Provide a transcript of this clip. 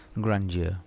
grandeur